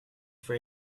for